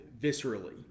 viscerally